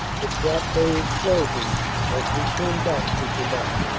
the short day is closing as we turn back to jemappes.